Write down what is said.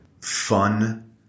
fun